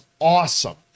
awesome